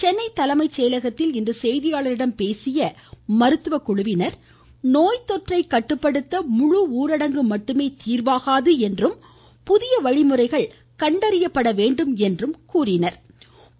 சென்னை தலைமை செயலகத்தில் இன்று செய்தியாளர்களிடம் பேசிய இக்குழுவினர் நோய்த்தொற்றை கட்டுப்படுத்த முழுஊரடங்கு மட்டுமே தீர்வாகாது என்றும் புதிய வழிமுறைகள் கண்டறியப்பட வேண்டும் என்றும் தெரிவித்தனர்